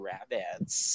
Rabbits